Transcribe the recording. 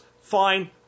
fine